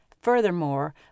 Furthermore